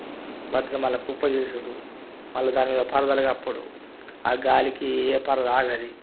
కుప్ప చేసుడు మళ్ళా దానిమీద పొలతలు కప్పుడు ఆ గాలికి ఎపర ఆగదు